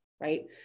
right